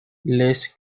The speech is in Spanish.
les